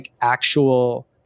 actual